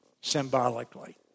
symbolically